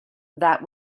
that